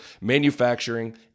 manufacturing